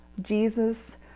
Jesus